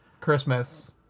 Christmas